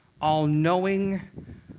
all-knowing